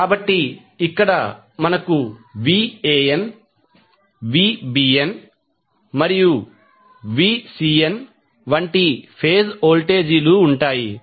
కాబట్టి ఇక్కడ మనకు Van Vbn మరియు Vcn వంటి ఫేజ్ వోల్టేజీలు ఉంటాయి